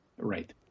Right